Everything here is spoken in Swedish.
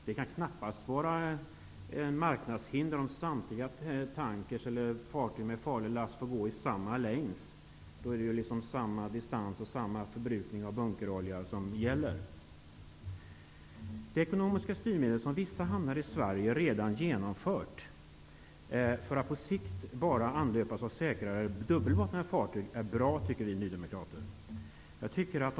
Det kan knappast vara ett marknadshinder om samtliga tankrar eller fartyg med farlig last får gå på samma linjer. Då är det samma distanser och förbrukning av bunkerolja som gäller. De ekonomiska styrmedel som vissa hamnar i Sverige redan genomfört för att på sikt anlöpas bara av säkrare dubbelbottnade fartyg tycker vi nydemokrater är bra.